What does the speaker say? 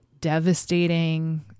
devastating